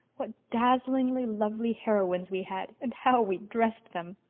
what dazzlingly lovely heroines we had and how we dressed them!